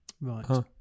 Right